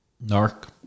Nark